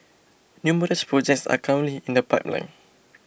numerous projects are currently in the pipeline